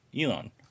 Elon